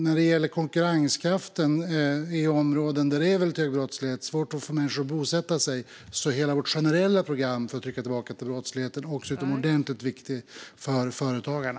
När det gäller konkurrenskraften i områden där det är väldigt stor brottslighet och där det är svårt att få människor att bosätta sig är hela vårt generella program för att trycka tillbaka brottsligheten också utomordentligt viktigt för företagarna.